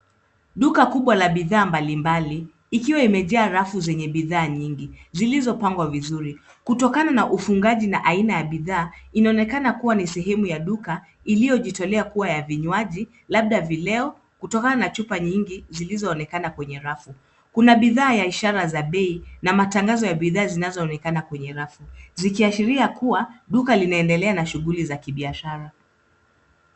Duka kubwa la bidhaa mbalimbali ikiwa imejaa rafu zenye bidhaa nyingi zilizopangwa vizuri kutokana na ufungaji na aina ya bidhaa, inaonekana kuwa ni sehemu ya duka iliyojitolea kuwa ya vinywaji labda vileo, kutokana na chupa nyingi zilizoonekana kwenye rafu. Kuna bidhaa ya ishara za bei na matangazo ya bidhaa zinazoonekana kwenye rafu, zikiashiria kuwa duka linaendelea na shughuli za kibiashara.